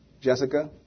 Jessica